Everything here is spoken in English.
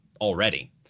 already